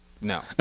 No